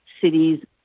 cities